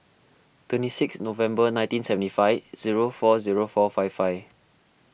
twenty six November nineteen seventy five zero four zero four five five